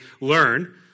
learn